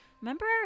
Remember